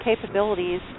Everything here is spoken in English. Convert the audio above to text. capabilities